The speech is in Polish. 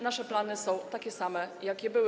Nasze plany są takie same, jakie były.